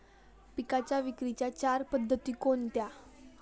पिकांच्या विक्रीच्या चार पद्धती कोणत्या?